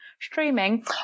streaming